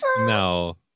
No